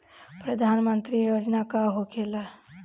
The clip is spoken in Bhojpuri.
प्रधानमंत्री योजना का होखेला?